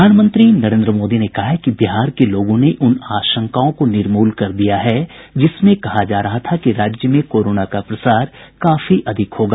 प्रधानमंत्री नरेन्द्र मोदी ने कहा है कि बिहार के लोगों ने उन आशंकाओं को निर्मूल कर दिया है जिसमें कहा जा रहा था कि राज्य में कोरोना का प्रसार काफी अधिक होगा